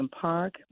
Park